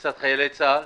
לצד חיילי צה"ל.